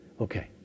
Okay